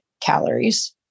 calories